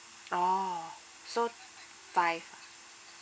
oh so five ah